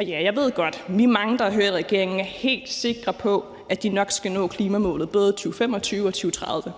Ja, jeg ved det godt; vi er mange, der har hørt, at regeringen er helt sikre på, at de nok skal nå klimamålene, både 2025-målet og 2030-målet.